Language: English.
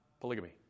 polygamy